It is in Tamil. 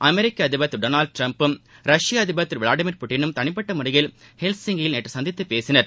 அமெிக்க அதிபர் திரு டொளால்டு டிரம்பும் ரஷ்ய அதிபர் திரு விளாடியீர் புட்டினும் தனிப்பட்ட முறையில் ஹெல்சிங்கியில் நேற்று சந்தித்துப் பேசினர்